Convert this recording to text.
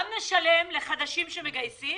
גם נשלם לחדשים שמגייסים